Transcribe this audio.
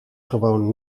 gewoon